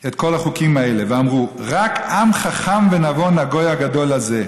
את כל החֻקים האלה ואמרו רק עם חכם ונבון הגוי הגדול הזה".